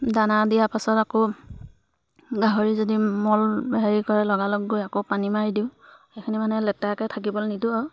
দানা দিয়া পাছত আকৌ গাহৰি যদি মল হেৰি কৰে লগালগ গৈ আকৌ পানী মাৰি দিওঁ সেইখিনি মানে লেতেৰাকৈ থাকিবলৈ নিদিওঁ আৰু